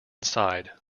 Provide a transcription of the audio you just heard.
sighed